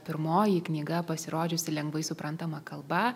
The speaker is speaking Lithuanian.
pirmoji knyga pasirodžiusi lengvai suprantama kalba